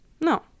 No